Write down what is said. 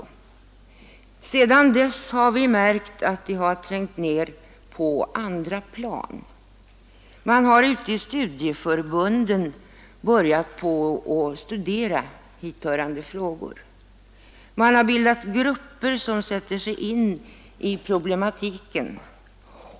Sedan dess har vi märkt att intresset trängt ner till andra plan. Man har nu börjat studera hithörande frågor ute i studieförbunden och organiserat grupper som sätter sig in i problematiken.